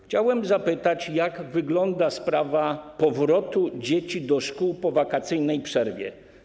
Chciałbym zapytać, jak wygląda sprawa powrotu dzieci do szkół po wakacyjnej przerwie.